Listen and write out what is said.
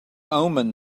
omen